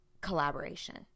collaboration